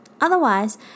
Otherwise